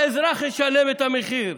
כל אזרח ישלם את המחיר.